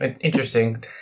interesting